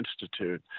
Institute